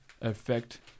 effect